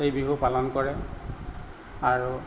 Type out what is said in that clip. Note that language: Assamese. এই বিহু পালন কৰে আৰু